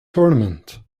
tournament